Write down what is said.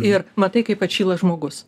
ir matai kaip atšyla žmogus